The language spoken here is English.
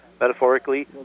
metaphorically